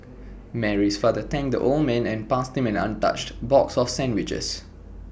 Mary's father thanked the old man and passed him an untouched box of sandwiches